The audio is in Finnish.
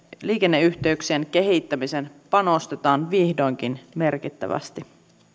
liikenneyhteyksien kehittämiseen panostetaan vihdoinkin merkittävästi